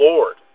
Lord